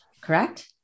correct